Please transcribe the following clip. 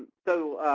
so,